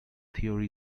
theory